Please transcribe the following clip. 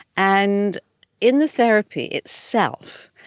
and in the therapy itself,